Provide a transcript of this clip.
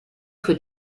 für